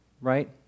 right